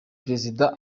perezida